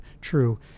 true